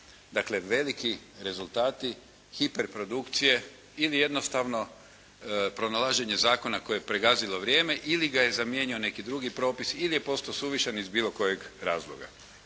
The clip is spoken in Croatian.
Dakle, veliki rezultati hiperprodukcije ili jednostavno pronalaženje zakona koje je pregazilo vrijeme ili ga je zamijenio neki drugi propis ili je postao suvišan iz bilo kojeg razloga.